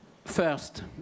First